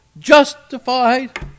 justified